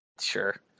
Sure